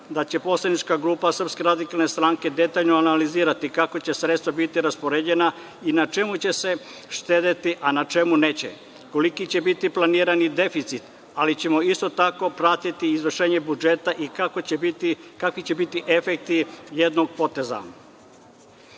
da će poslanička grupa SRS detaljno analizirati kako će sredstva biti raspoređena i na čemu će se štedeti, a na čemu neće, koliki će biti planirani deficit, ali ćemo isto tako pratiti izvršenje budžeta i kakvi će biti efekti jednog poteza.